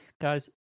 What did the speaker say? Guys